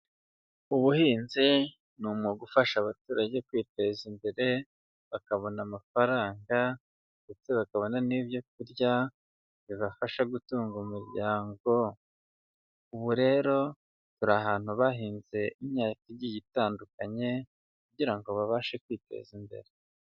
Ubuhinzi ni umwuga ufasha abaturage kwiteza imbere, bakabona amafaranga ndetse bakabona n'ibyo kurya bibafasha gutunga umuryango. Ubu rero turi ahantu bahinze imyaka igiye itandukanye kugira ngo babashe kwiteza imbere.